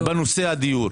בנושא הדיור.